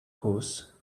course